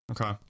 Okay